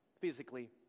physically